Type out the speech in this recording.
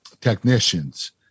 technicians